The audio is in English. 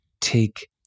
take